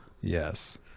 Yes